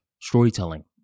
storytelling